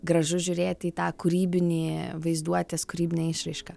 gražu žiūrėt į tą kūrybinį vaizduotės kūrybinę išraišką